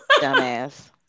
Dumbass